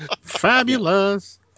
Fabulous